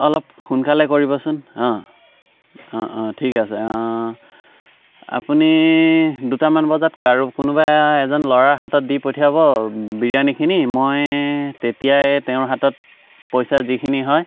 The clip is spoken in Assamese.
অলপ সোনকালে কৰিবচোন অঁ অঁ অঁ ঠিক আছে আপুনি দুটামান বজাত কাৰো কোনোবা এজন ল'ৰাৰ হাতত দি পঠিয়াব বিৰিয়ানীখিনি মই তেতিয়াই তেওঁৰ হাতত পইচা যিখিনি হয়